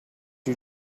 you